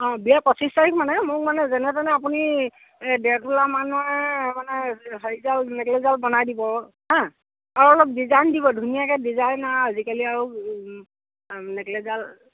অ বিয়া পঁচিশ তাৰিখ মানে মোক মানে যেনে তেনে আপুনি ডেৰ তোলা মানৰ মানে হেৰিডাল নেকলেচডাল বনাই দিব হা আৰু অলপ ডিজাইন দিব ধুনীয়াকৈ ডিজাইন আৰু আজিকালি আৰু নেকলেচডাল